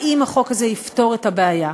האם החוק הזה יפתור את הבעיה?